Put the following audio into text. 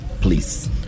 please